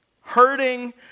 hurting